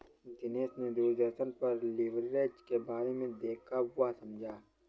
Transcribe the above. दिनेश ने दूरदर्शन पर लिवरेज के बारे में देखा वह समझा